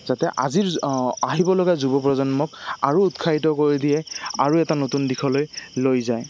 যাতে আজিৰ আহিব লগগা যুৱ প্ৰজন্মক আৰু উৎসাহিত কৰি দিয়ে আৰু এটা নতুন দিশলৈ লৈ যায়